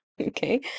okay